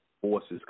forces